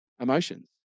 emotions